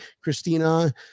Christina